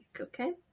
okay